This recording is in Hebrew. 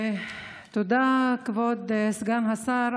תודה, כבוד סגן השר.